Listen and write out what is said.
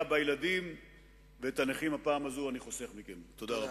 מה יש לדבר.